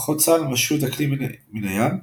כוחות צה"ל משו את הכלי מן הים.